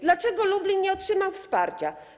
Dlaczego Lublin nie otrzymał wsparcia?